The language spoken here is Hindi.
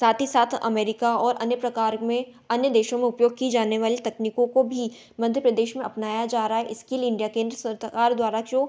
साथ ही साथ अमेरिका और अन्य प्रकार में अन्य देशों में उपयोग कि जाने वाली तकनीकों को भी मध्य प्रदेश में अपनाया जा रहा है इस्किल इंडिया केंद्र सरकार द्वारा जो